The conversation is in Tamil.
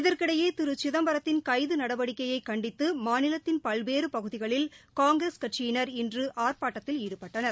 இதற்கிடையே திரு சிதம்பரத்தின் கைது நடவடிக்கையை கண்டித்து தமிழகத்தின் பல்வேறு பகுதிகளில் காங்கிரஸ் கட்சியினர் இன்று ஆர்ப்பாட்டத்தில் ஈடுபட்டனர்